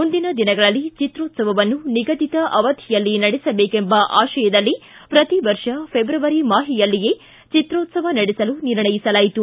ಮುಂದಿನ ದಿನಗಳಲ್ಲಿ ಚಿತ್ರೋತ್ಸವವನ್ನು ನಿಗದಿತ ಅವಧಿಯಲ್ಲೇ ನಡೆಸಬೇಕೆಂಬ ಆಶಯದಲ್ಲಿ ಪ್ರತಿ ವರ್ಷ ಫೆಬ್ರವರಿ ಮಾಹೆಯಲ್ಲಿಯೇ ಚಿತ್ರೋತ್ವವ ನಡೆಸಲು ನಿರ್ಣಯಿಸಲಾಯಿತು